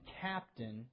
captain